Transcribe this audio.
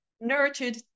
nurtured